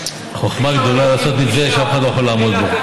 חוכמה גדולה לעשות את זה כשאף אחד לא יכול לעמוד בזה.